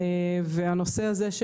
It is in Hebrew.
הנושא הזה,